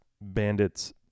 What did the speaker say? bandits